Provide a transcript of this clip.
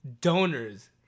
Donors